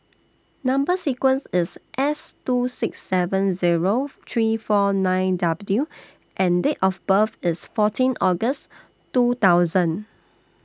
Number sequence IS S two six seven Zero three four nine W and Date of birth IS fourteen August two thousand